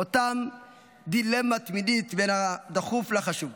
אותה דילמה תמידית בין הדחוף לחשוב.